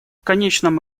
конечном